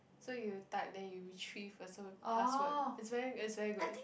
so you type then you retrieve personal password it's very it's very good